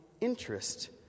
interest